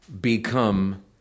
become